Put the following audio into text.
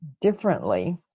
differently